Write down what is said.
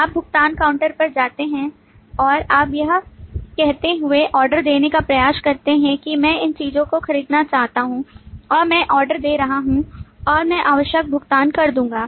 आप भुगतान काउंटर पर जाते हैं और आप यह कहते हुए ऑर्डर देने का प्रयास करते हैं कि मैं इन चीजों को खरीदना चाहता हूं और मैं ऑर्डर दे रहा हूं और मैं आवश्यक भुगतान कर दूंगा